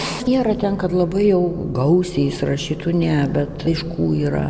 nėra ten kad labai jau gausiai jis rašytų ne bet laiškų yra